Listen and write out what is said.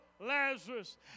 Lazarus